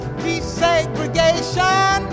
desegregation